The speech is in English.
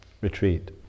retreat